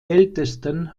ältesten